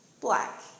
Black